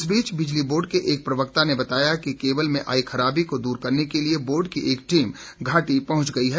इस बीच बिजली बोर्ड के एक प्रवक्ता ने बताया कि केबल में आई खराबी को दूर करने के लिए बोर्ड की एक टीम घाटी पहुंच गई है